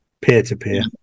peer-to-peer